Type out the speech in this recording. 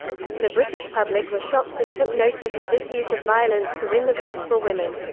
the british public were shocked and took notice at this use of violence to win the vote for women.